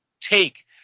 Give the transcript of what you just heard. take